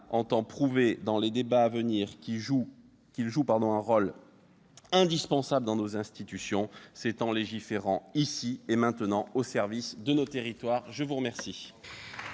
entend prouver dans les débats à venir qu'il joue un rôle indispensable dans nos institutions, c'est en légiférant, ici et maintenant, au service de nos territoires. La parole